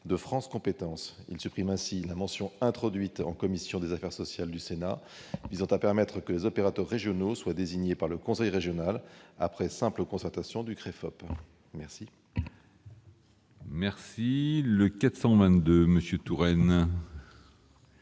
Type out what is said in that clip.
de France compétences. Est ainsi supprimée la mention introduite par la commission des affaires sociales du Sénat tendant à permettre que des opérateurs régionaux soient désignés par le conseil régional, après simple concertation du CREFOP, le